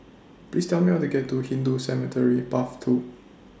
Please Tell Me How to get to Hindu Cemetery Path two